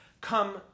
come